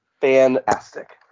Fantastic